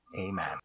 Amen